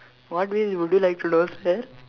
what way would you like to know sir